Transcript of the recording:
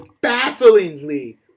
bafflingly